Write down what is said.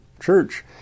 church